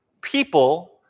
people